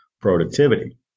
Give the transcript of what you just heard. productivity